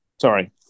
Sorry